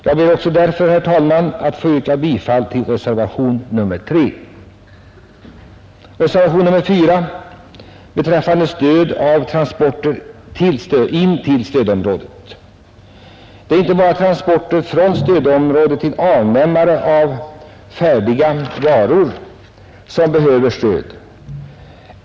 Jag ber därför, herr talman, att få yrka bifall också till reservationen 3. Det är inte bara transporter från stödområdet till avnämare av färdiga varor som behöver stöd.